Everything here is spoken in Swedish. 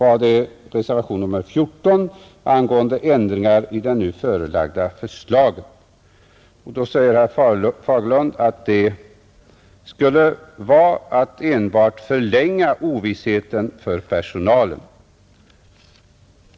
Om reservationen 14 angående ändringar i det nu framlagda förslaget säger herr Fagerlund att sådana ändringar enbart skulle förlänga ovissheten för personalen.